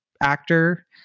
actor